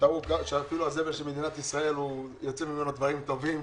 ותראו שאפילו הזבל של מדינת ישראל יוצא ממנו דברים טובים.